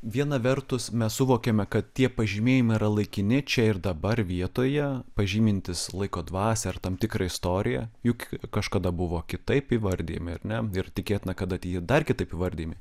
viena vertus mes suvokiame kad tie pažymėjimai yra laikini čia ir dabar vietoje pažymintys laiko dvasią ar tam tikrą istoriją juk kažkada buvo kitaip įvardijami ar ne ir tikėtina kad ateityje dar kitaip įvardijami